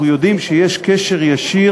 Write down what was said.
אנחנו יודעים שיש קשר ישיר,